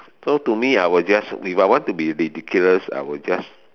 so to me I will just if I want to be ridiculous I will just